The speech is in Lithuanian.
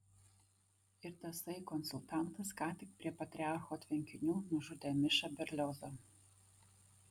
ir tasai konsultantas ką tik prie patriarcho tvenkinių nužudė mišą berliozą